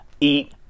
eat